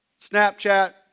Snapchat